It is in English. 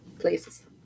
places